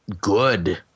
good